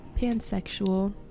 Pansexual